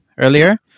earlier